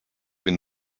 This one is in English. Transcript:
been